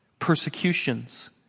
persecutions